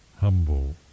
humble